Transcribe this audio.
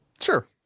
Sure